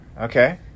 Okay